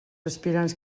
aspirants